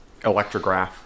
electrograph